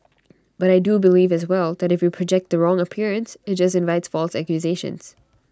but I do believe as well that if you project the wrong appearance IT just invites false accusations